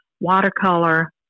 watercolor